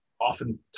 often